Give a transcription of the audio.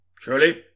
Surely